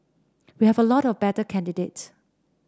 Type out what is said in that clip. we have a lot of better candidates